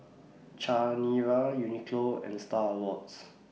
Chanira Uniqlo and STAR Awards